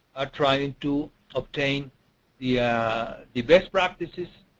are trying to obtain yeah the best practices